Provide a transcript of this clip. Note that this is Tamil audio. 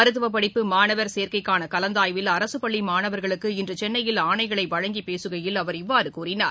மருத்துவப்படிப்பு மாணவர்சேர்க்கைக்கான கலந்தாய்வில் அரசுபள்ளி மாணவர்களுக்கு இன்று சென்னையில் ஆணைகளை வழங்கி பேசுகையில் அவர் இவ்வாறு கூறினார்